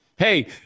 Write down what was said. hey